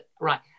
right